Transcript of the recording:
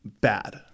bad